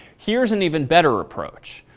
here is an even better approach.